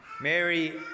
Mary